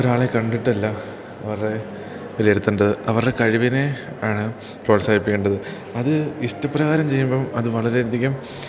ഒരാളെ കണ്ടിട്ടല്ല അവരുടെ വിലയിരുത്തേണ്ടത് അവരുടെ കഴിവിനെ ആണ് പ്രോത്സാഹിപ്പിക്കേണ്ടത് അത് ഇഷ്ടപ്രകാരം ചെയ്യുമ്പം അതു വളരെയധികം